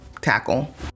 tackle